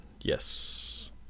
yes